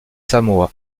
samoa